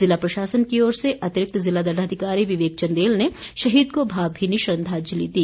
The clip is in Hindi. ज़िला प्रशासन की ओर से अतिरिक्त ज़िला दण्डाधिकारी विवेक चंदेल ने शहीद को भावभीनी श्रद्धांजलि दी